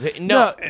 No